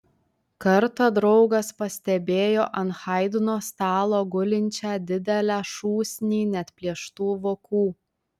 kartą draugas pastebėjo ant haidno stalo gulinčią didelę šūsnį neatplėštų vokų